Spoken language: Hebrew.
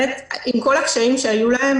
עם כל הקשיים שהיו להם,